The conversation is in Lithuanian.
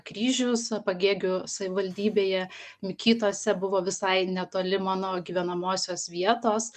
kryžius pagėgių savivaldybėje kytuose buvo visai netoli mano gyvenamosios vietos